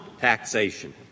taxation